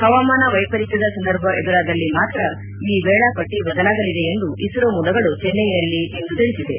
ಹವಾಮಾನ ವೈಪರೀತ್ವದ ಸಂದರ್ಭ ಎದುರಾದಲ್ಲಿ ಮಾತ್ರ ಈ ವೇಳಾಪಟ್ಟ ಬದಲಾಗಲಿದೆ ಎಂದು ಇಸ್ತೋ ಮೂಲಗಳು ಚೆನ್ನೈನಲ್ಲಿ ಇಂದು ತಿಳಿಸಿವೆ